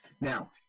Now